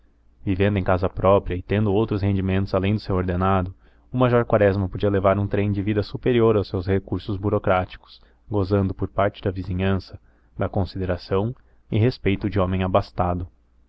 vivendo em casa própria e tendo outros rendimentos além do seu ordenado o major quaresma podia levar um trem de vida superior aos seus recursos burocráticos gozando por parte da vizinhança da consideração e respeito de homem abastado